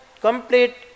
complete